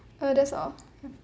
err that's all